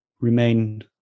remain